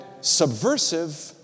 subversive